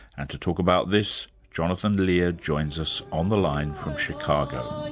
and to talk about this, jonathan lear joins us on the line from chicago.